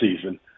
season